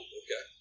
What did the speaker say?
okay